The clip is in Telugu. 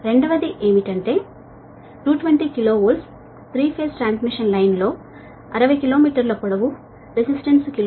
రెండవది ఏమిటంటే 220 KV 3 phase transmission line 60 km పొడవురెసిస్టేన్స్ కిలో మీటరుకు 0